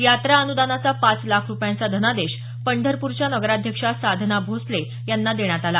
यात्रा अनुदानाचा पाच लाख रुपयांचा धनादेश पंढरपूरच्या नगराध्यक्षा साधना भोसले यांना देण्यात आला